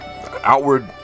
outward